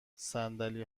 صندلی